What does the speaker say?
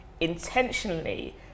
intentionally